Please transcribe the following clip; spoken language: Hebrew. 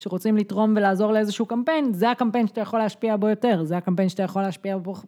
שרוצים לתרום ולעזור לאיזשהו קמפיין זה הקמפיין שאתה יכול להשפיע בו יותר זה הקמפיין שאתה יכול להשפיע בו.